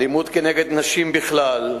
האלימות נגד נשים בכלל,